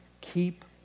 keep